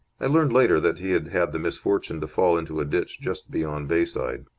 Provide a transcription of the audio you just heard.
i learned later that he had had the misfortune to fall into a ditch just beyond bayside.